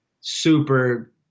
super